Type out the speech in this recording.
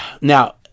Now